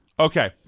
Okay